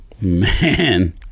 Man